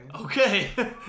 Okay